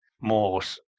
morse